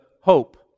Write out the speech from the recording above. hope